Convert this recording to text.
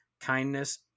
kindness